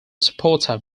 supporter